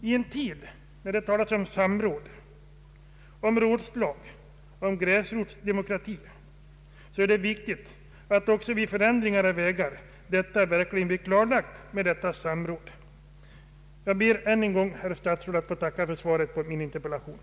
I en tid, när man talar om samråd, rådslag och gräsrotsdemokrati, är det viktigt att också vid förändringar av vägar tillämpa ett demokratiskt förfarande. Jag ber än en gång, herr talman, att få tacka för svaret på min interpellation.